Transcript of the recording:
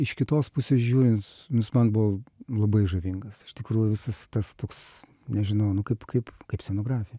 iš kitos pusės žiūrint nu jis man buvo labai žavingas iš tikrųjų visas tas toks nežinau nu kaip kaip kaip scenografija